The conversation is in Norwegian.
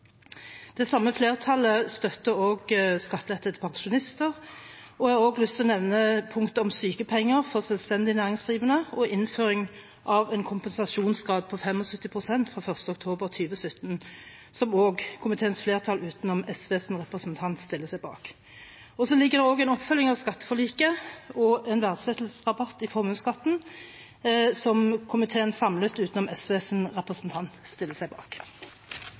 Det samme flertallet støtter også skattelette til pensjonister. Jeg har også lyst til å nevne punktet om sykepenger for selvstendig næringsdrivende og innføring av en kompensasjonsgrad på 75 pst. fra 1. oktober 2017, som også komiteens flertall, utenom SVs representant, stiller seg bak. Det ligger også en oppfølging av skatteforliket og en verdsettelsesrabatt i formuesskatten her, som komiteen samlet, utenom SVs representant, stiller seg bak.